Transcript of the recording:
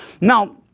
Now